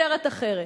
כותרת אחרת.